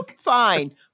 fine